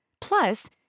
Plus